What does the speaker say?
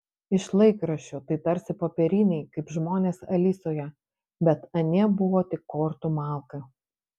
iš laikraščių tai tarsi popieriniai kaip žmonės alisoje bet anie buvo tik kortų malka